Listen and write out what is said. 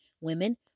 Women